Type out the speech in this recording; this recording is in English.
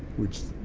which,